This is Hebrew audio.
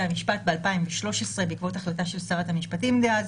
המשפט ב-2013 בעקבות החלטה של שרת המשפטים דאז.